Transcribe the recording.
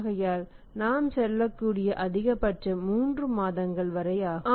ஆகையால் நாம் செல்லக்கூடிய அதிகபட்சம் 3 மாதங்கள் வரை ஆகும்